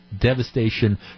devastation